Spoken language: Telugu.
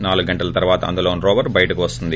నాలుగు గంటల తర్యాత అందులోని రోవర్ బయటకు వస్తుంది